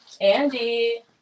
Andy